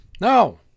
No